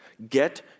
Get